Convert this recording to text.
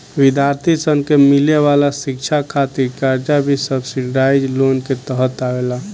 विद्यार्थी सन के मिले वाला शिक्षा खातिर कर्जा भी सब्सिडाइज्ड लोन के तहत आवेला